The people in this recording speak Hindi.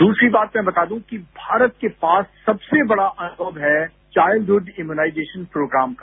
दूसरी बात मैं बता दूं कि भारत के पास सबसे बड़ा अनुभव है चाइल्डहुड इम्यूनाईजेशन प्रोग्राम का